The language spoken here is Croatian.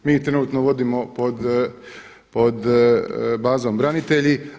Mi ju trenutno vodimo pod bazom branitelji.